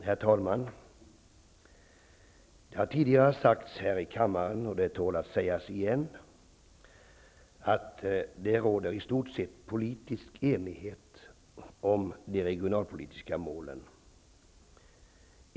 Herr talman! Det har tidigare sagts här i kammaren, och det tål att sägas igen, att det råder i stort sett politisk enighet om de regionalpolitiska målen.